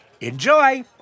Enjoy